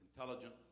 intelligent